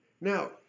Now